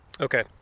Okay